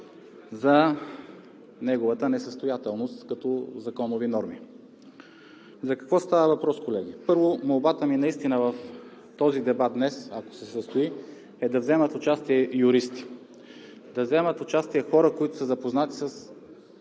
за неговата несъстоятелност като законови норми. За какво става въпрос, колеги? Първо, молбата ми е наистина в дебата днес, ако се състои, да вземат участие юристи, да вземат участие хора, запознати с